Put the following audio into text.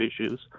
issues